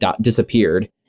disappeared